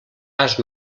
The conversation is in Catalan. pas